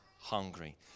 hungry